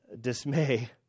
dismay